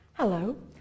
Hello